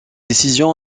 décision